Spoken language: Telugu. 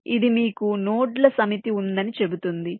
ఇది మీకు నోడ్ల సమితి ఉందని చెబుతుంది